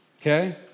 okay